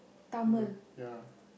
we will ya